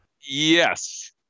yes